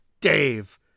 Dave